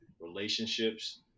relationships